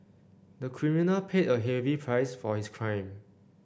the criminal paid a heavy price for his crime